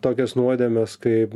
tokias nuodėmes kaip